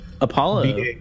Apollo